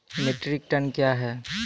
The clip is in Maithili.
मीट्रिक टन कया हैं?